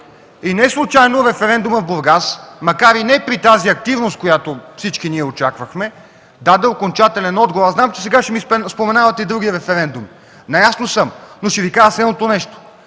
Неслучайно референдумът в Бургас, макар и не при тази активност, която всички очаквахме, даде окончателен отговор. Знам, че сега ще ми споменавате и други референдуми. Наясно съм, но ще Ви кажа следното нещо: